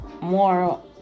more